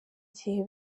gihe